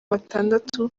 batandatu